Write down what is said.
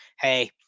hey